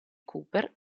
cooper